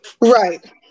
Right